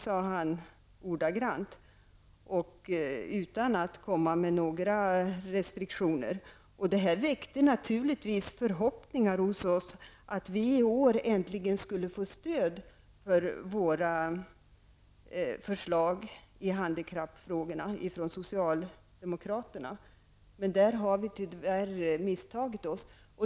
Så sade han ordagrant och utan att komma med några restriktioner. Detta väckte naturligtvis hos oss förhoppningar om att vi i år äntligen skulle få stöd från socialdemokraterna för våra förslag i handikappfrågorna. Men därvidlag har vi tyvärr misstagit oss.